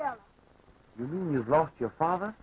hear you've lost your father